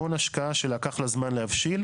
המון השקעה שלקח לה זמן להבשיל.